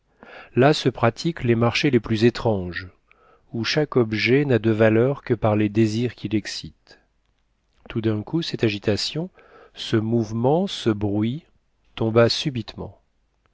là se pratiquent les marchés les plus étranges où chaque objet n'a de valeur que par les désirs qu'il excite tout d'un coup cette agitation ce mouvement ce bruit tomba subitement